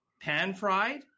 pan-fried